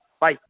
Bye